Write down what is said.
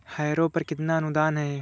Harrow पर कितना अनुदान है?